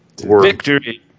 Victory